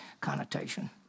connotation